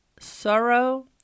sorrow